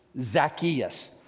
Zacchaeus